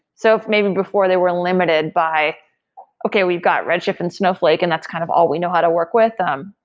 so if maybe before they were limited by okay, we've got redshift and snowflake and that's kind of all we know how to work with them,